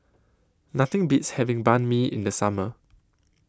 Nothing Beats having Banh MI in The Summer